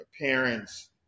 parents